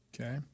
Okay